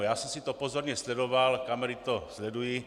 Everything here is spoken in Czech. Já jsem si to pozorně sledoval, kamery to sledují.